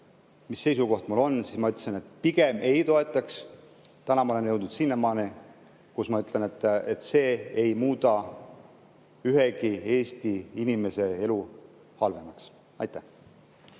mis seisukoht mul on, siis ma ütlesin, et pigem ei toeta. Täna ma olen jõudnud sinnamaani, kus ma ütlen, et see ei muuda ühegi Eesti inimese elu halvemaks. Aitäh,